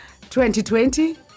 2020